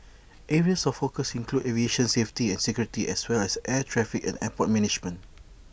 areas of focus include aviation safety and security as well as air traffic and airport management